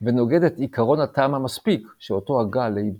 ונוגד את "עקרון הטעם המספיק" שאותו הגה לייבניץ.